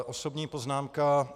Osobní poznámka.